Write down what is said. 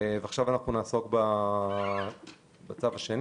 עכשיו נעסוק בצו השני